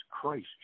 Christ